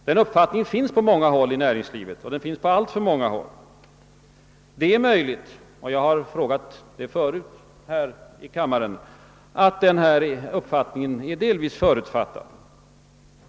Den uppfattningen finns på alltför många håll i näringslivet. Det är möjligt — jag har sagt det förut här i kammaren — att den uppfattningen delvis är förutfattad.